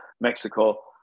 Mexico